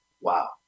Wow